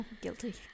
guilty